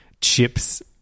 chips